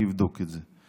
אני אבדוק את זה.